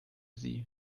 sie